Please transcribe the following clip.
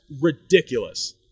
ridiculous